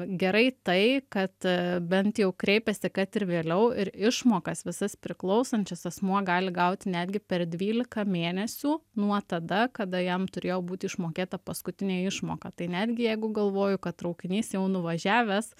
gerai tai kad bent jau kreipiasi kad ir vėliau ir išmokas visas priklausančias asmuo gali gauti netgi per dvylika mėnesių nuo tada kada jam turėjo būt išmokėta paskutinė išmoka tai netgi jeigu galvoju kad traukinys jau nuvažiavęs